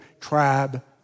tribe